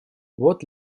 вот